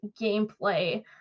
gameplay